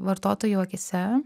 vartotojų akyse